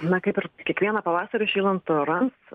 na kaip ir kiekvieną pavasarį šylant orams